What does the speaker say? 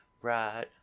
right